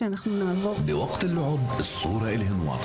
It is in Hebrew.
(הצגת סרטון)